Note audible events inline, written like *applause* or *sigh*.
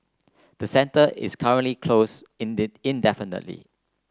the centre is currently closed *unintelligible* indefinitely